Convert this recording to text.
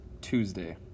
Tuesday